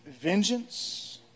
vengeance